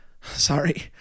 sorry